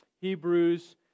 Hebrews